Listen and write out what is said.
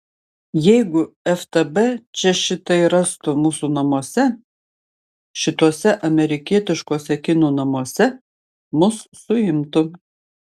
jeigu ftb čia šitai rastų mūsų namuose šituose amerikietiškuose kinų namuose mus suimtų